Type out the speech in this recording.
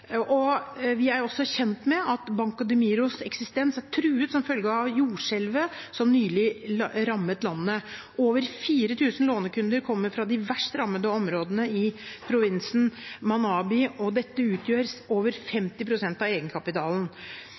utviklingsbanken. Vi er også kjent med at Banco D-Miros eksistens er truet som følge av jordskjelvet som nylig rammet landet. Over 4 000 lånekunder kommer fra de verst rammede områdene i provinsen Manabi, og det utgjør over 50 pst. av egenkapitalen.